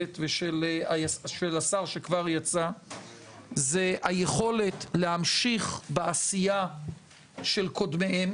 ושל השר שכבר יצא זה היכולת להמשיך בעשייה של קודמיהם